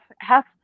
half